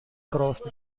crossed